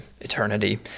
eternity